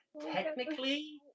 Technically